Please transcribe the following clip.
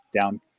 down